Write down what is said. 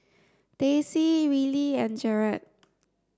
Daisey Rillie and Jered